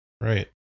Right